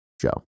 Joe